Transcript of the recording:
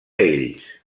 ells